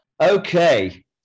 Okay